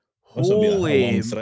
holy